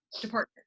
department